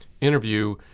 interview